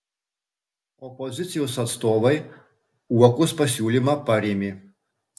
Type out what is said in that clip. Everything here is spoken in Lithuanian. opozicijos atstovai uokos pasiūlymą parėmė